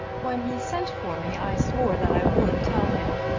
when he sent for me i swore that i would tell him.